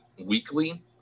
weekly